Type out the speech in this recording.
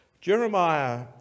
Jeremiah